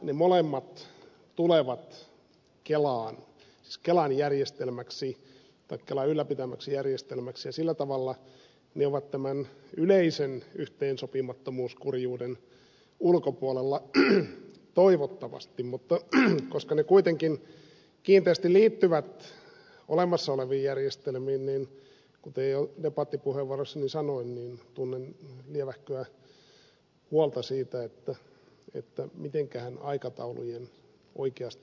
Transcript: ne molemmat tulevat kelan ylläpitämäksi järjestelmäksi ja sillä tavalla ne ovat tämän yleisen yhteensopimattomuuskurjuuden ulkopuolella toivottavasti mutta koska ne kuitenkin kiinteästi liittyvät olemassa oleviin järjestelmiin niin kuten jo debattipuheenvuorossani sanoin tunnen lievähköä huolta siitä mitenkähän aikataulujen oikeasti mahtaa käydä